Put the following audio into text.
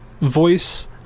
voice